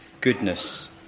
goodness